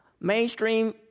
mainstream